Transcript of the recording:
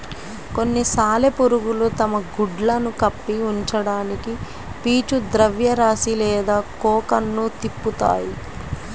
కొన్ని సాలెపురుగులు తమ గుడ్లను కప్పి ఉంచడానికి పీచు ద్రవ్యరాశి లేదా కోకన్ను తిప్పుతాయి